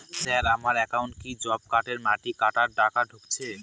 Sir আমার একাউন্টে কি জব কার্ডের মাটি কাটার টাকা ঢুকেছে?